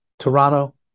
Toronto